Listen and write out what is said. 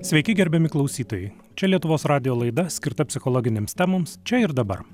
sveiki gerbiami klausytojai čia lietuvos radijo laida skirta psichologinėms temoms čia ir dabar